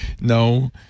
no